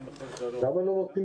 למה לא נותנים